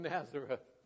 Nazareth